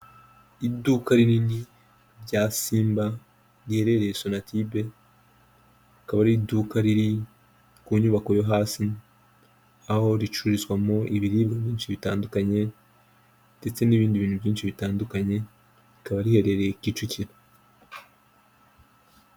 Iduka rinini rya simba riherereye Sonatube, akaba ari iduka riri ku nyubako yo hasi aho ricururizwamo ibiribwa byinshi bitandukanye ndetse n'ibindi bintu byinshi bitandukanye, rikaba riherereye Kicukiro.